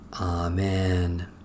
Amen